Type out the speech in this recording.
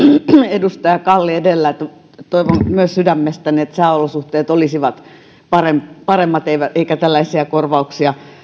edustaja kalli edellä toivon myös sydämestäni että sääolosuhteet olisivat paremmat paremmat eikä tällaisia korvauksia